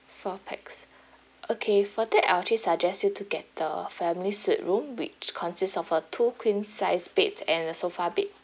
four pax okay for that I actually suggest you to get the family suite room which consists of a two queen size bed and a sofa bed